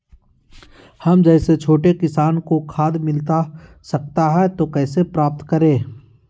हम जैसे छोटे किसान को खाद मिलता सकता है तो कैसे प्राप्त करें?